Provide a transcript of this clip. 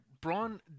Braun